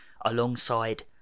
alongside